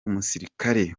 umusirikare